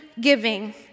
giving